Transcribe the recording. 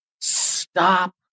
stop